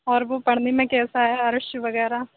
اور وہ پڑھنے میں کیسا ہے عرش وغیرہ